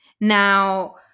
Now